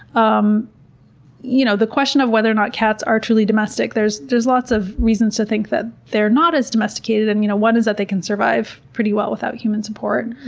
um you know the question of whether or not cats are truly domestic, there's there's lots of reasons to think that they're not as domesticated and you know one is that they can survive pretty well without human support.